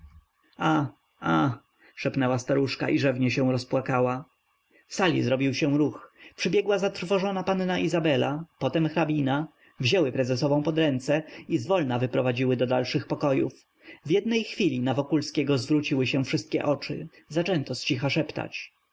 a a szepnęła staruszka i rzewnie się rozpłakała w sali zrobił się ruch przybiegła zatrwożona panna izabela potem hrabina wzięły prezesową pod ręce i zwolna wyprowadziły do dalszych pokojów w jednej chwili na wokulskiego zwróciły się wszystkie oczy zaczęto zcicha szeptać